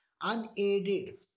unaided